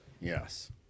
Yes